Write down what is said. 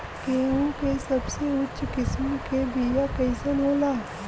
गेहूँ के सबसे उच्च किस्म के बीया कैसन होला?